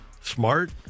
Smart